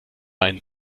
einen